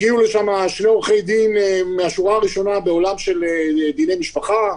הגיעו לשם שני עורכי-דין מהשורה הראשונה מהעולם של דיני משפחה.